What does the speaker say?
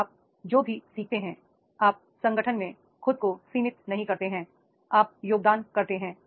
फिर आप जो भी सीखते हैं आप संगठन में खुद को सीमित नहीं करते हैं आप योगदान करते हैं